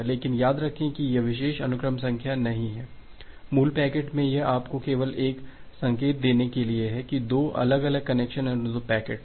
लेकिन याद रखें कि यह विशेष अनुक्रम संख्या नहीं है मूल पैकेट में यह आपको केवल एक संकेत देने के लिए है कि 2 अलग अलग कनेक्शन अनुरोध पैकेट हैं